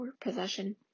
possession